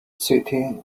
city